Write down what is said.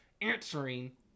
answering